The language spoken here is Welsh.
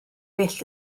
well